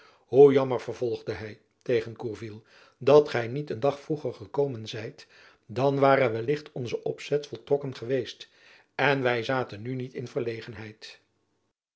hoe jammer vervolgde hy tegen gourville dat gy niet een dag vroeger gekomen zijt dan ware wellicht ons opzet voltrokken geweest en wy zaten nu niet in verlegenheid